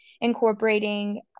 incorporating